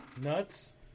nuts